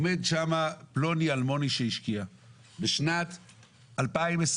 עומד שם פלוני אלמוני שהשקיע בשנת 2020,